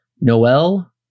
Noel